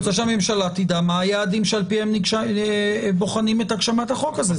אני רוצה שהממשלה תדע מה היעדים שעל פיהם בוחנים את הגשמת החוק הזה.